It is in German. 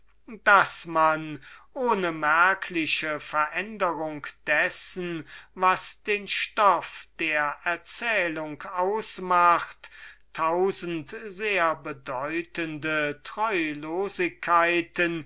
daß man ohne eine merkliche veränderung dessen was den stoff der erzählung ausmacht tausend sehr bedeutende